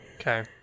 okay